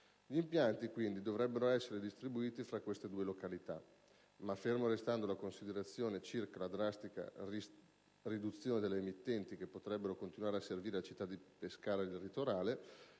Gli impianti, quindi, dovrebbero essere distribuiti fra queste due località, ma, fermo restando la considerazione circa la drastica riduzione delle emittenti che potrebbero continuare a servire la città di Pescara ed il litorale,